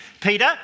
Peter